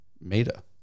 Meta